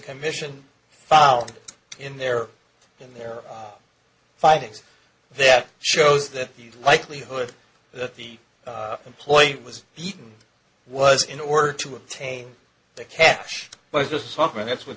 commission found in their in their findings that shows that the likelihood that the employee was beaten was in order to obtain the cash but it's just something that's what